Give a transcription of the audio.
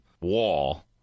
wall